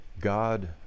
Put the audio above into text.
God